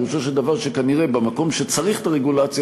פירושו של דבר שכנראה במקום שצריך את הרגולציה